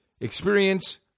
Experience